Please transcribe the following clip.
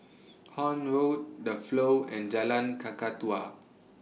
Horne Road The Flow and Jalan Kakatua